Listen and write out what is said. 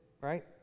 right